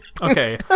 Okay